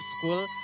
school